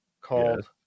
called